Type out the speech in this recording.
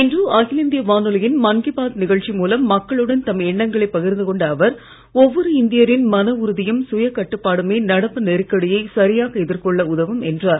இன்று அகில இந்திய வானொலியின் மன் கீ பாத் நிகழ்ச்சி மூலம் மக்களுடன் தம் எண்ணங்களை பகிர்ந்து கொண்ட அவர் ஒவ்வொரு இந்தியரின் மனஉறுதியும் சுயகட்டுப்பாடுமே நடப்பு நெருக்கடியை சரியாக எதிர் கொள்ள உதவும் என்றார்